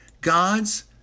God's